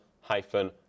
hyphen